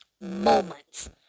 moments